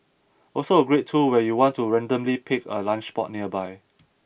also a great tool when you want to randomly pick a lunch spot nearby